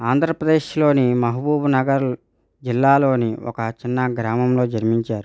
ఆంధ్రప్రదేశ్లోని మహబూబ్ నగర్ జిల్లాలోని ఒక చిన్న గ్రామంలో జన్మించారు